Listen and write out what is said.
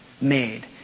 made